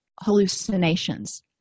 hallucinations